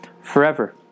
forever